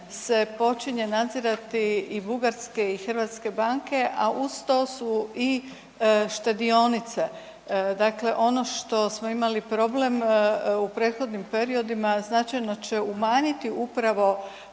se počinje nadzirati i bugarske i hrvatske banke, a uz to su i štedionice. Dakle, ono što smo imali problem u prethodnim periodima značajno će umanjiti upravo